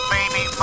Baby